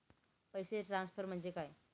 पैसे ट्रान्सफर म्हणजे काय?